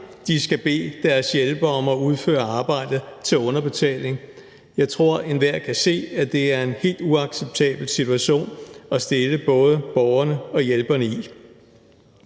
skal bede deres hjælpere om at udføre arbejdet til underbetaling. Jeg tror, at enhver kan se, at det er en helt uacceptabel situation at stille både borgerne og hjælperne i.